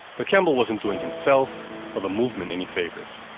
but campbell wasn't doing himself or the movement any favors